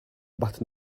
but